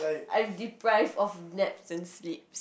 I'm deprived of naps and sleep